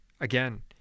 Again